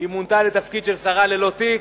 היא מונתה לתפקיד של שרה ללא תיק,